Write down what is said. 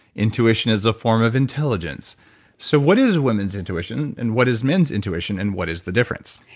intuition as a form of intelligence so, what is women's intuition and what is men's intuition and what is the difference?